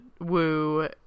woo